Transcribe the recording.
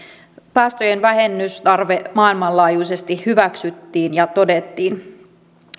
päästöjen vähennystarve maailmanlaajuisesti hyväksyttiin ja todettiin